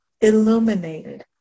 illuminated